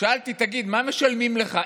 שאלתי: תגיד, מה משלמים לך?